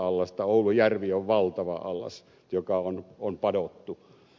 oulujärvi on valtava allas joka on padottu